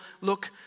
look